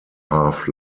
half